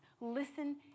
listen